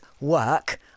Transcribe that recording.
work